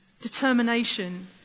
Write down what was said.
determination